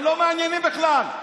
הם לא מעניינים בכלל.